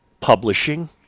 Publishing